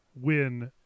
win